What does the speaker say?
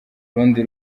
rundi